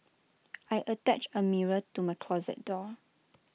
I attached A mirror to my closet door